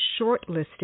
shortlisted